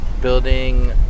building